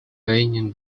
raining